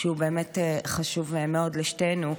שהוא באמת חשוב מאוד לשתינו.